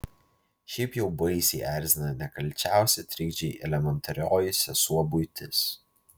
šiaip jau baisiai erzina nekalčiausi trikdžiai elementarioji sesuo buitis